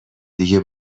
دیگه